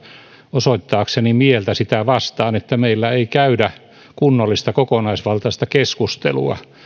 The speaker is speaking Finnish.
osoittaakseni mieltä sitä vastaan että meillä ei käydä kunnollista kokonaisvaltaista keskustelua